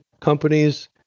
companies